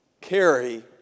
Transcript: carry